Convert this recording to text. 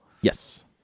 yes